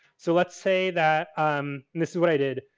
so, let's say, that um this is what i did.